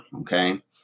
Okay